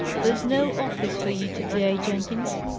there's no office for you to day, jenkins.